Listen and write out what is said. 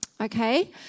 Okay